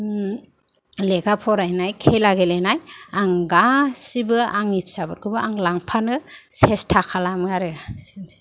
लेखा फरायनाय खेला गेलेनाय आं गासिबो आंनि फिसाफोरखौ लांफानो सेसथा खालामो आरो